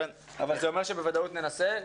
אבל זה אומר בוודאות שננסה.